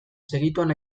segituan